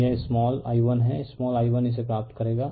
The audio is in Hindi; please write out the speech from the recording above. तो यह स्माल i1 है स्माल i1 इसे प्राप्त करेगा